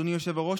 אדוני היושב-ראש,